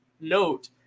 note